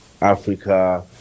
Africa